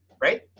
right